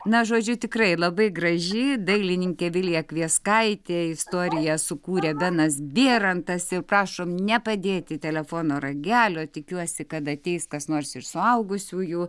na žodžiu tikrai labai graži dailininkė vilija kvieskaitė istoriją sukūrė benas bierantas ir prašo nepadėti telefono ragelio tikiuosi kad ateis kas nors iš suaugusiųjų